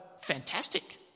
Fantastic